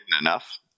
enough